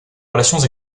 relations